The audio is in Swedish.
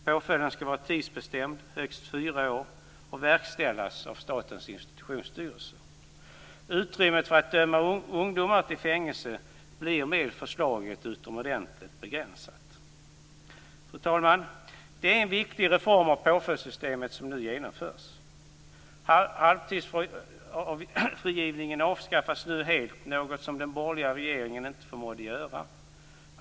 Påföljden skall vara tidsbestämd, högst fyra år, och verkställas av Statens institutionsstyrelse. Utrymmet för att döma ungdomar till fängelse blir med förslaget utomordentligt begränsat. Fru talman! Det är en viktig reform av påföljdssystemet som nu genomförs. Halvtidsfrigivningen avskaffas nu helt, något som den borgerliga regeringen inte förmådde göra.